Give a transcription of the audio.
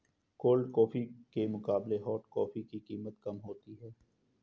cold coffee के मुकाबले hot coffee की कीमत कम होती है